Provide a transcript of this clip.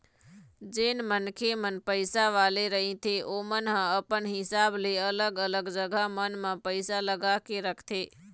जेन मनखे मन पइसा वाले रहिथे ओमन ह अपन हिसाब ले अलग अलग जघा मन म पइसा लगा के रखथे